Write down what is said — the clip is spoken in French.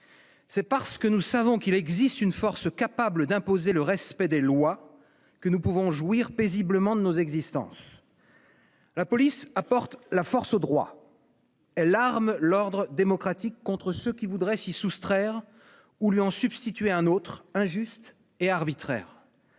C'est parce que nous savons qu'il existe une force capable d'imposer le respect des lois que nous pouvons jouir paisiblement de nos existences. La police apporte la force au droit. Elle arme l'ordre démocratique contre ceux qui voudraient s'y soustraire ou lui en substituer un autre, injuste et arbitraire.